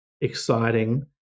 exciting